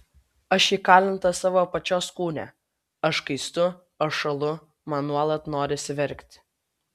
aš įkalinta savo pačios kūne aš kaistu aš šąlu man nuolat norisi verkti